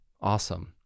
Awesome